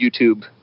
youtube